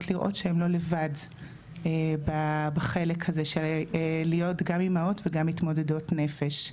לראות שהן לא לבד בחלק הזה של להיות גם אימהות וגם מתמודדות נפש.